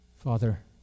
Father